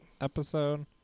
episode